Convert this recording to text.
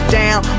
down